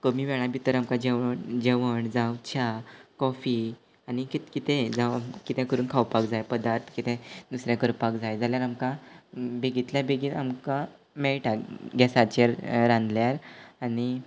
कमी वेळा भितर आमकां जेवण जेवण जावं च्या कॉफी आनी कीत कितेंय जावं कितें करून खावपाक जाय पदार्थ जावं कितें दुसरें करपाक जाय जाल्यार आमकां बेगींतल्या बेगीन आमकां मेळटा गॅसाचेर रांदल्यार आनी